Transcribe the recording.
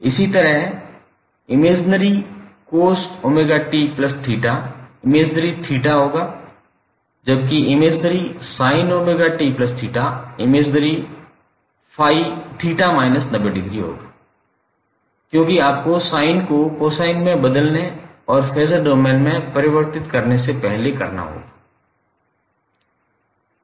इसी तरह 𝐼𝑚cos𝜔𝑡𝜃 𝐼𝑚∠𝜃 होगा जबकि 𝐼𝑚sin𝜔𝑡𝜃 𝐼𝑚∠𝜃−90° होगा क्योंकि आपको sin को cosin में बदलने और फेज़र डोमेन में परिवर्तित होने से पहले करना होगा